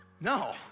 No